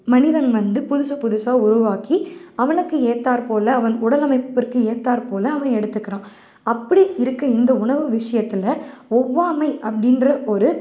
மனிதன் வந்து புதுப்புதுசாக உருவாக்கி அவனுக்கு ஏற்றாற்போல அவன் உடலமைப்பிற்கு ஏற்றாற்போல அவன் எடுத்துக்கிறான் அப்படி இருக்க இந்த உணவு விஷயத்துல ஒவ்வாமை அப்படின்ற ஒரு